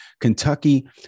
Kentucky